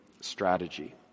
strategy